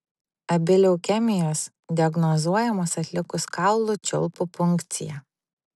abi leukemijos diagnozuojamos atlikus kaulų čiulpų punkciją